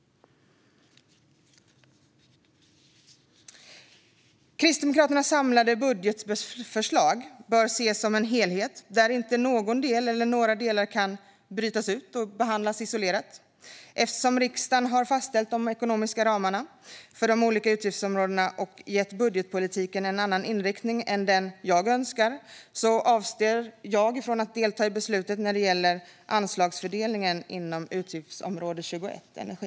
Kristdemokraternas samlade budgetförslag bör ses som en helhet. Ingen del, och inga delar, kan brytas ut och behandlas isolerat. Eftersom riksdagen har fastställt de ekonomiska ramarna för de olika utgiftsområdena och gett budgetpolitiken en annan inriktning än den jag önskar avstår jag från att delta i beslutet när det gäller anslagsfördelningen inom utgiftsområde 21 Energi.